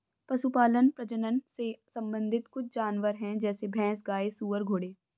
पशुपालन प्रजनन से संबंधित कुछ जानवर है जैसे भैंस, गाय, सुअर, घोड़े